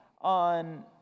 on